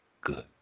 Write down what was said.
good